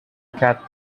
cat